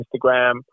instagram